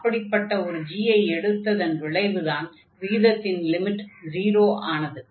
அப்படிப்பட்ட ஒரு g ஐ எடுத்ததன் விளைவுதான் விகிதத்தின் லிமிட் 0 ஆனது